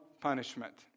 punishment